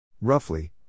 Roughly